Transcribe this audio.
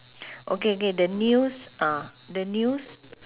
okay okay the news ah the news